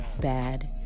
bad